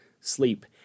sleep